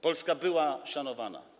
Polska była szanowana.